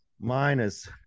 Minus